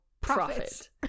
profit